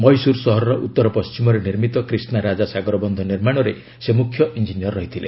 ମହୀଶ୍ଚର ସହରରେ ଉତ୍ତର ପଶ୍ଚିମରେ ନିର୍ମିତ କ୍ରିଷ୍ଣା ରାଜା ସାଗର ବନ୍ଧ ନିର୍ମାଣର ସେ ମୁଖ୍ୟ ଇଞ୍ଜିନିୟର ଥିଲେ